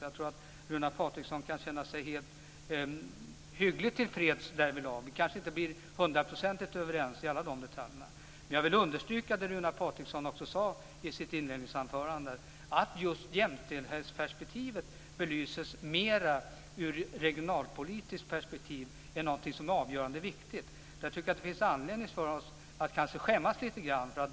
Jag tror att Runar Patriksson kan känna sig hyggligt tillfreds därvidlag. Vi kanske inte blir hundraprocentigt överens i alla detaljerna. Men jag vill understryka det Runar Patriksson sade i sitt inledningsanförande, att det är avgörande och viktigt att just jämställdheten belyses mer ur ett regionalpolitiskt perspektiv. Där tycker jag att det kanske finns anledning för oss att skämmas lite grann.